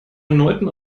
erneuten